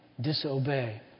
disobey